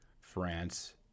France